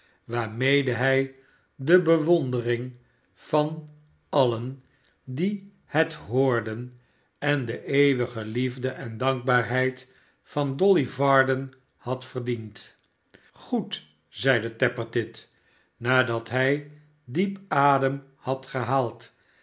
waarmede hij de bewondering van alien die het hoorden en de eeuwige liefde en dankbaarheid van dolly varden had verdiend goed zeide tappertit nadat hij diep adem had gehaald